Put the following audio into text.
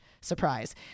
surprise